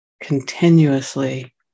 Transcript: Continuously